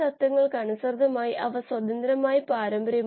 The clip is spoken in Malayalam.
തത്വപ്രകാരം